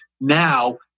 now